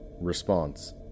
response